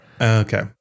Okay